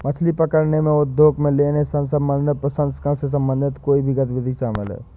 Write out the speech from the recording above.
मछली पकड़ने के उद्योग में लेने, संवर्धन, प्रसंस्करण से संबंधित कोई भी गतिविधि शामिल है